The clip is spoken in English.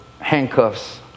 handcuffs